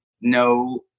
no